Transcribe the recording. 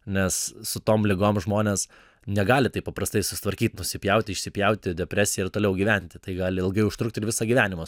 nes su tom ligom žmonės negali taip paprastai susitvarkyt nusipjauti išsipjauti depresiją ir toliau gyventi tai gali ilgai užtrukti ir visą gyvenimą